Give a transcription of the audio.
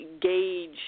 gauge